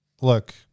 look